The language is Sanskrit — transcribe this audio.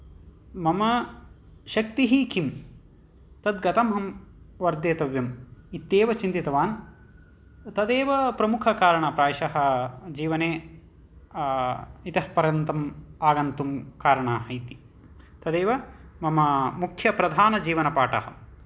मम शक्तिः किं तत्कथमहं वर्धितव्यं इत्येव चिन्तितवान् तदेव प्रमुखकारण प्रायशः जीवने इतः परं तम् आगन्तुं कारणाः इति तदेव मम मुख्यप्रधानजीवनपाठः